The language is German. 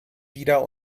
wieder